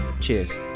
Cheers